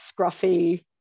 scruffy